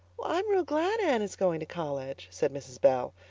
i'm real glad anne is going to college, said mrs. bell.